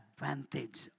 advantage